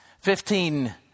Fifteen